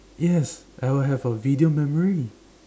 yes I would have a video memory